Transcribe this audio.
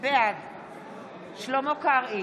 בעד שלמה קרעי,